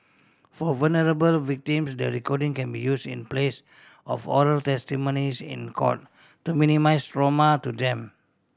for vulnerable victims the recording can be use in place of oral testimonies in court to minimise trauma to them